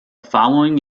following